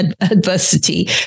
adversity